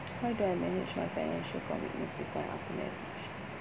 how do I manage my financial commitments before and after marriage